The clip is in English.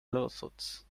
lawsuits